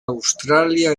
australia